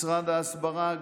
משרד ההסברה,